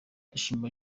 ndashima